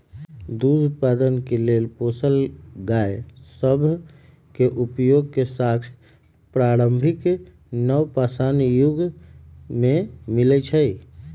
दूध उत्पादन के लेल पोसल गाय सभ के उपयोग के साक्ष्य प्रारंभिक नवपाषाण जुग में मिलइ छै